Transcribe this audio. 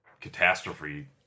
catastrophe